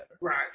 Right